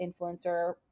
influencer